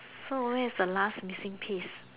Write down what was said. so where is the last missing piece